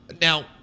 Now